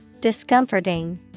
Discomforting